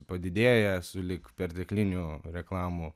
padidėja sulig pertekliniu reklamų